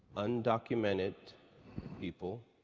undocumented people,